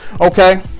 Okay